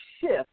shift